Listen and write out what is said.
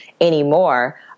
anymore